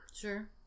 Sure